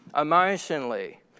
emotionally